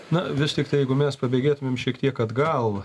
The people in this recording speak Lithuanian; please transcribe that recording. na vis tiktai jeigu mes pabėgėtumėm šiek tiek atgal